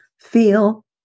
Feel